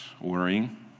worrying